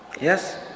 Yes